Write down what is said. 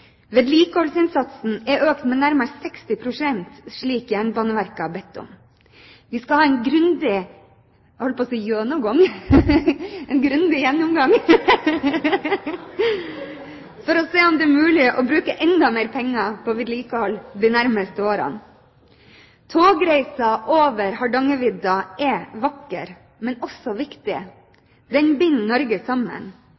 Vedlikeholdsinnsatsen er økt med nærmere 60 pst., slik Jernbaneverket har bedt om. Vi skal ha en grundig gjennomgang for å se om det er mulig å bruke enda mer penger på vedlikehold de nærmeste årene. Togreisen over Hardangervidda er vakker, men også